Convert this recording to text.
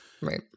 Right